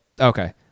Okay